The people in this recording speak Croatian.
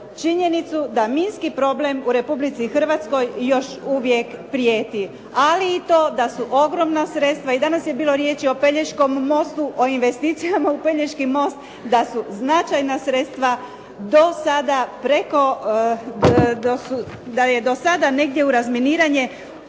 činjenicu da minski problem u Republici Hrvatskoj još uvijek prijeti. Ali i to da su ogromna sredstva. I danas je bilo riječi o Pelješkom mostu, o investicijama u Pelješki most, da su značajna sredstva do sada preko, da je